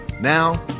Now